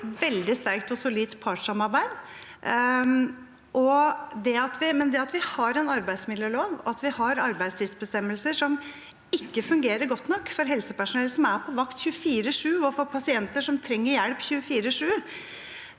er for et veldig sterkt og solid partssamarbeid. Men det at vi har en arbeidsmiljølov og arbeidstidsbestemmelser som ikke fungerer godt nok for helsepersonell som er på vakt 24–7 for pasienter som trenger hjelp 24–7,